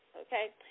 okay